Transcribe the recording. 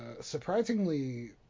surprisingly